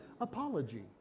Apology